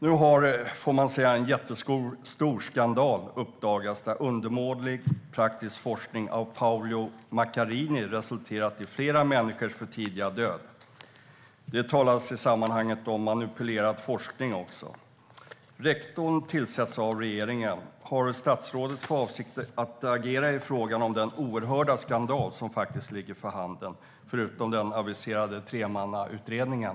Nu har en jättestor skandal uppdagats där undermålig praktisk forskning av Paolo Macchiarini har resulterat i flera människors förtida död. I sammanhanget talas också om manipulerad forskning. Rektorn tillsätts av regeringen. Har statsrådet för avsikt att agera i frågan om den oerhörda skandal som faktiskt ligger för handen, utöver den aviserade tremannautredningen?